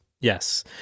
yes